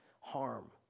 harm